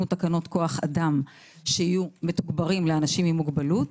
תקנות כוח אדם שיהיו מתוגברים לאנשים עם מוגבלות